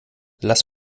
lass